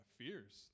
fears